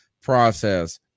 process